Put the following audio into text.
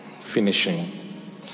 Finishing